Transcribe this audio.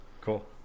cool